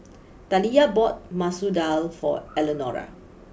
Taliyah bought Masoor Dal for Eleanora